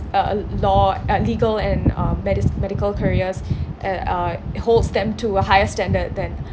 uh la~ law uh legal and um medic~ medical careers and uh holds them to a higher standard than